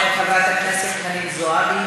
חברת הכנסת חנין זועבי,